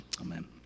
Amen